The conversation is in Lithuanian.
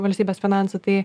valstybės finansų tai